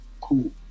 cool